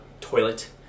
toilet